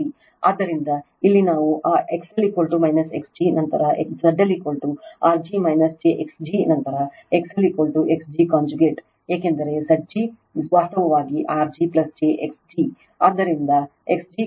ಆದ್ದರಿಂದ ಇಲ್ಲಿ ನಾವು ಆ XL X g ನಂತರ ZLR g j x g ನಂತರ ZLZg conjugate ಏಕೆಂದರೆ Zg ವಾಸ್ತವವಾಗಿ R g j x g